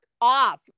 off